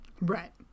Right